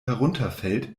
herunterfällt